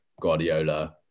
Guardiola